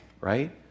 right